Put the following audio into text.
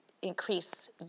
increase